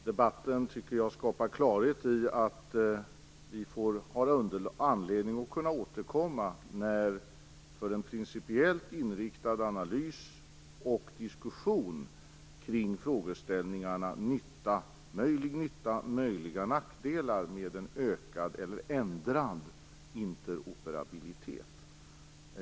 Herr talman! Jag tycker att debatten skapar klarhet i att vi har anledning återkomma när en principiellt inriktad analys och diskussion skett kring frågeställningarna nytta, möjlig nytta och möjliga nackdelar med en ökad eller ändrad interoperabilitet.